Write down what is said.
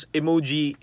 emoji